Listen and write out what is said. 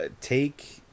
Take